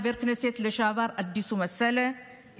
חבר הכנסת לשעבר אדיסו מסאלה,